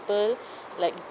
people like